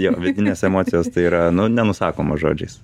jo vidinės emocijos tai yra nu nenusakomos žodžiais